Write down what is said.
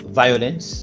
violence